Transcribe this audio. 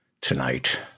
tonight